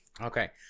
Okay